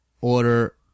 order